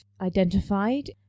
identified